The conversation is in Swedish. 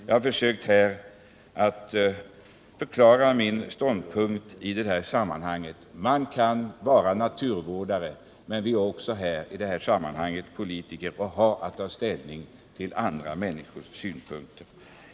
Jag har försökt att här förklara min ståndpunkt: Man kan vara naturvårdare, men vi är också politiker och har att ta ställning till andra människors synpunkter.